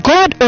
God